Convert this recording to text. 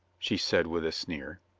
she said with a sneer.